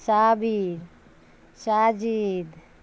Sabir Sajid